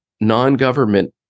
non-government